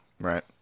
Right